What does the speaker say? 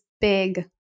big